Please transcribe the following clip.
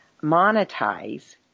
monetize